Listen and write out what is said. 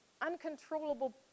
Uncontrollable